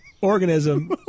organism